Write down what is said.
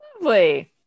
Lovely